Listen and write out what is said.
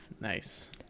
Nice